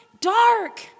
dark